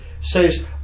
says